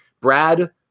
Brad